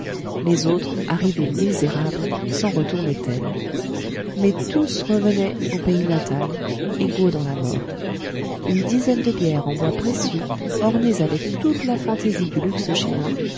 les autres arrivés misérables s'en retournaient tels mais tous revenaient au pays natal égaux dans la mort une dizaine de bières en bois précieux ornées avec toute la fantaisie du luxe chinois